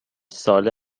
ساله